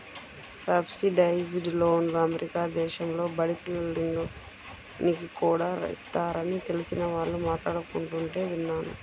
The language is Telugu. సబ్సిడైజ్డ్ లోన్లు అమెరికా దేశంలో బడి పిల్లోనికి కూడా ఇస్తారని తెలిసిన వాళ్ళు మాట్లాడుకుంటుంటే విన్నాను